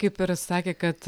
kaip ir sakė kad